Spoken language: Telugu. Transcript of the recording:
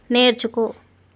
నేర్చుకో